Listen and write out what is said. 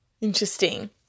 Interesting